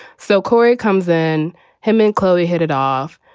so corey comes in him and chloe hit it off.